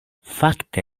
fakte